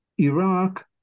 Iraq